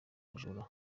bajura